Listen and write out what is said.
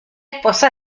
esposa